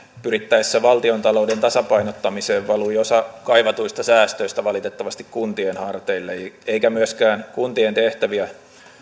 pyrittäessä valtiontalouden tasapainottamiseen valui osa kaivatuista säästöistä valitettavasti kuntien harteille eikä myöskään kuntien tehtäviä